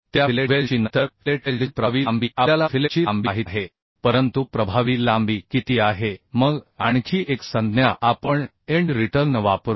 त्या फिलेट वेल्डची नंतर फिलेट वेल्डची प्रभावी लांबी आपल्याला फिलेटची लांबी माहित आहे परंतु प्रभावी लांबी किती आहे मग आणखी एक संज्ञा आपण एंड रिटर्न वापरू